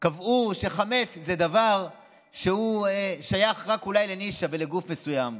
קבעו שחמץ זה דבר שהוא שייך רק אולי לנישה ולגוף מסוים.